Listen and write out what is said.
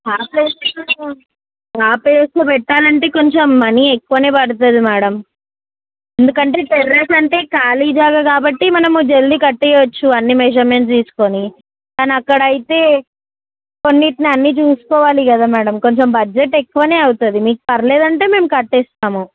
ఆ ప్లేసులో ఆ ప్లేసులో పెట్టాలంటే కొంచెం మనీ ఎక్కువనే పడుతుంది మేడమ్ ఎందుకంటే టెర్రస్ అంటే ఖాళీ జాగా కాబట్టి మనము జల్దీ కట్టేయవచ్చు అన్ని మెజర్మెంట్స్ తీసుకొని కానీ అక్కడైతే కొన్నిటిని అన్ని చూసుకోవాలి కదా మేడమ్ కొంచెం బడ్జెట్ ఎక్కువనే అవుతుంది మీకు పర్లేదంటే మేము కట్టేస్తాము